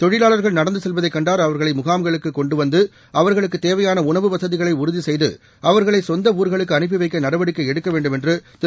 தொழிலாளர்கள் நடந்து செல்வதைக் கண்டால் அவர்களை முகாம்களுக்கு கொண்டு வந்து அவர்களுக்குத் தேவையான உணவு வசதிகளை உறுதிசெய்து அவர்களை சொந்த ஊர்களுக்கு அனுப்பி வைக்க நடவடிக்கை எடுக்கவேண்டும் என்று திரு